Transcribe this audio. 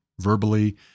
verbally